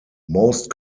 most